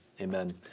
Amen